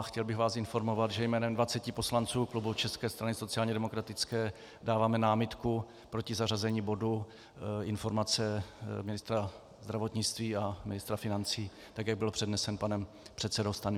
Chtěl bych vás informovat, že jménem dvaceti poslanců klubu České strany sociálně demokratické dáváme námitku proti zařazení bodu informace ministra zdravotnictví a ministra financí, jak byl přednesen panem předsedou Stanjurou.